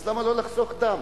אז למה לא לחסוך דם?